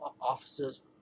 officers